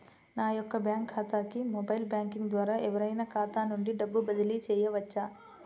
నా యొక్క బ్యాంక్ ఖాతాకి మొబైల్ బ్యాంకింగ్ ద్వారా ఎవరైనా ఖాతా నుండి డబ్బు బదిలీ చేయవచ్చా?